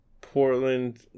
Portland